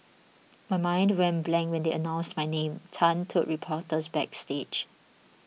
my mind went blank when they announced my name Tan told reporters backstage